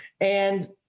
And-